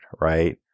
right